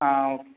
ஆ